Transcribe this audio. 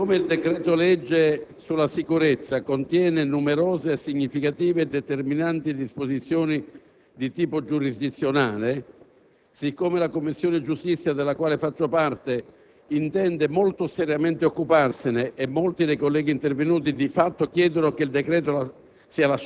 Siccome il decreto‑legge sulla sicurezza contiene numerose, significative e determinanti disposizioni di tipo giurisdizionale e siccome la Commissione giustizia, della quale faccio parte, intende occuparsene molto seriamente e molti dei colleghi intervenuti di fatto chiedono che il decreto